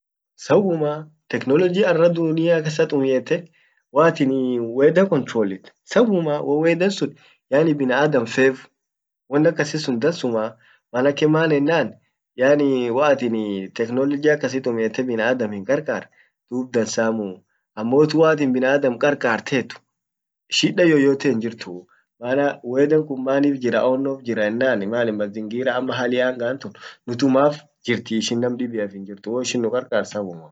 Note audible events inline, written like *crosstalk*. sawummaa technology arratun dunia kassa tumiette waatin *hesitation* weather controllitu sawummaa wo wethan sun yaani bianaadam fevd won akkasinsun dansumaa maanake maan ennan yaani waatin *hesitation* technology akssisun tumiette biaadamin qarqart dub dansamuu ammotu waatin binaadam qarqartet shidan yoyoten hinjirtuu maana wethan tun manif jirra ennan, onnof jirra ennan maeden mazingira ama hali angan tun nutumaf jirti ishin nam dibiaf hinjirtu woishin nuqarqart sawwumma.